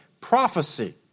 prophecy